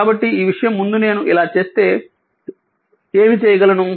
కాబట్టి ఈ విషయం ముందు నేను ఇలా చేస్తే ఏమి చేయగలను